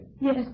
Yes